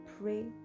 pray